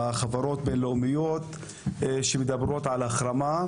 בחברות בין-לאומיות שמדברות על החרמה.